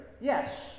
Yes